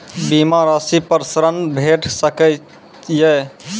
बीमा रासि पर ॠण भेट सकै ये?